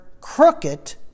crooked